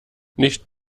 nicht